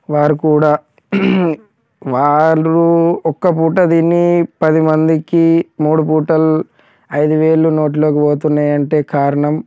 వారు కూడా వాళ్ళు ఒక పూట తిని పదిమందికి మూడు పూటలు ఐదు వేళ్ళు నోట్లోకి పోతున్నాయి అంటే కారణం